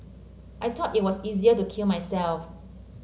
I thought it was easier to kill myself